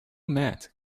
met